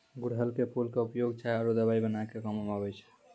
गुड़हल के फूल के उपयोग चाय आरो दवाई बनाय के कामों म आबै छै